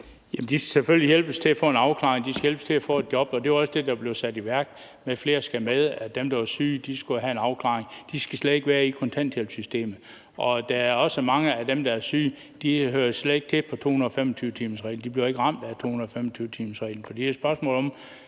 De skal selvfølgelig hjælpes til at få en afklaring, de skal hjælpes til at få et job, og det var også det, der blev sat i værk med, at flere skulle med, og at dem, der var syge, skulle have en afklaring. De skal slet ikke være i kontanthjælpssystemet. Der er også mange af dem, der er syge, som slet ikke hører til under 225-timersreglen – de bliver ikke ramt af 225-timersreglen.